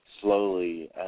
Slowly